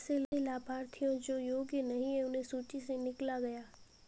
वैसे लाभार्थियों जो योग्य नहीं हैं उन्हें सूची से निकला गया है